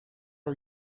are